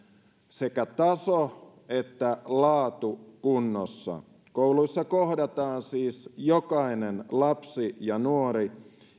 sekä taso että laatu kunnossa kouluissa kohdataan siis jokainen lapsi ja nuori